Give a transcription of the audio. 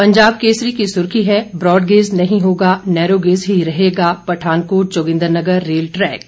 पंजाब केसरी की सुर्खी है ब्रॉडगेज नहीं होगा नैरोगेज ही रहेगा पठानकोट जोगिंद्रनगर रेल ट्रैक